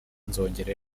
nzongera